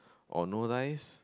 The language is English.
or no rice